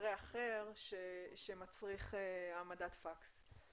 אחר שמצריך העמדת פקס.